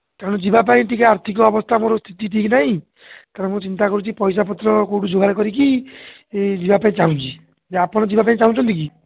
ତେଣୁ ଯିବା ପାଇଁ ଟିକିଏ ଆର୍ଥିକ ଅବସ୍ଥା ମୋର ସ୍ଥିତି ଠିକ୍ ନାହିଁ ତେଣୁ ମୁଁ ଚିନ୍ତା କରୁଛି ପଇସା ପତ୍ର କେଉଁଠୁ ଯୋଗଡ଼ କରିକି ଯିବା ପାଇଁ ଚାହୁଁଛି ଯେ ଆପଣ ଯିବା ପାଇଁ ଚାହୁଁଛନ୍ତି କି